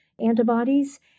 antibodies